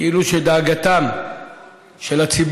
כאילו שדאגת הציבור,